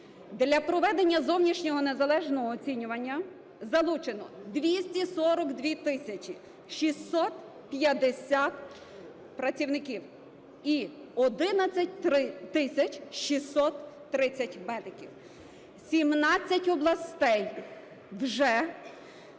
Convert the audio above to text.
Для проведення зовнішнього незалежного оцінювання залучено 242 тисячі 650 працівників і 11 тисяч 630 медиків. В 17 областей вже